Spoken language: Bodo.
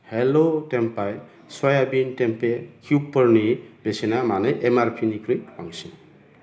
हेल' टेम्पाय स'याबिन टेमपे किउबफोरनि बेसेना मानो एम आर पि निख्रुइ बांसिन